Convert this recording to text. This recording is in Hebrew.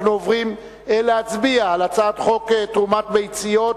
אנחנו עוברים להצבעה על הצעת חוק תרומת ביציות,